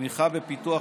תמיכה בפיתוח,